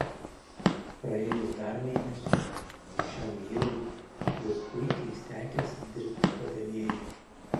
praėjus dar mėnesiui šiam vyrui jau puikiai sekėsi dirbti padavėju